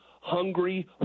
hungry